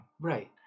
Right